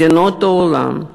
מדינות העולם,